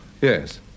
yes